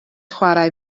chwarae